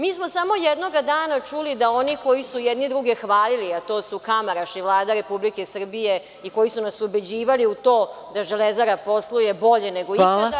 Mi smo samo jednoga dana čuli da oni koji su jedni druge hvalili, a to su Kamaraš i Vlada Republike Srbije, i koji su nas ubeđivali u to da Železara posluje bolje nego ikada…